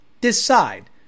decide